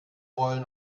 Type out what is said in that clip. wollen